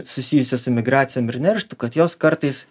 susijusią su migracijom ir nerštu kad jos kartais